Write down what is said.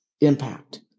impact